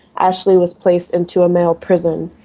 ashley was placed into a male prison.